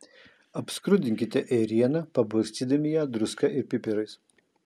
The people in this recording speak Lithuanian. apskrudinkite ėrieną pabarstydami ją druska ir pipirais